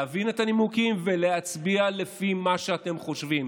להבין את הנימוקים ולהצביע לפי מה שאתם חושבים.